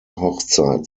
hochzeit